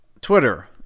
Twitter